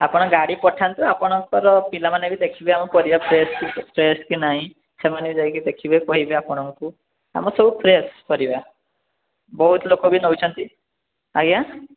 ଆପଣ ଗାଡ଼ି ପଠାନ୍ତୁ ଆପଣଙ୍କର ପିଲାମାନେ ବି ଦେଖିବେ ଆମ ପାରିବ ଫ୍ରେଶ୍ ଫ୍ରେଶ୍ କି ନାହିଁ ସେମାନେ ବି ଯାଇକି ଦେଖିବେ କହିବେ ଆପଣଙ୍କୁ ଆମର ସବୁ ଫ୍ରେଶ୍ ପରିବା ବହୁତ ଲୋକ ବି ନେଉଛନ୍ତି ଆଜ୍ଞା